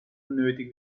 unnötig